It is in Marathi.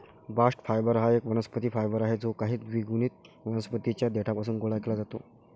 बास्ट फायबर हा एक वनस्पती फायबर आहे जो काही द्विगुणित वनस्पतीं च्या देठापासून गोळा केला जातो